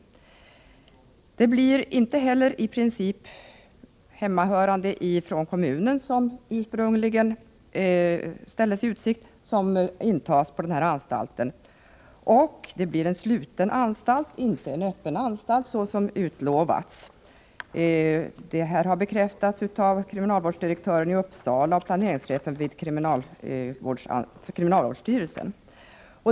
I princip blir det inte heller hemmahörande i kommunen, såsom ursprungligen ställdes i utsikt, som kommer att tas in på den här anstalten. Dessutom, det blir en sluten anstalt — inte en öppen, såsom utlovats. Detta har bekräftats av kriminalvårdsdirektören i Uppsala och av planeringschefen på kriminalvårdsstyrelsen.